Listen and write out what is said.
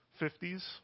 50s